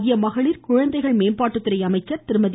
மத்திய மகளிர் மற்றும் குழந்தைகள் மேம்பாட்டு துறை அமைச்சர் திருமதி